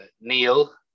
Neil